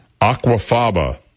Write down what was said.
Aquafaba